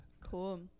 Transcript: Cool